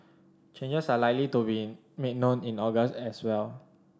changes are likely to be made known in August as well